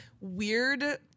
weird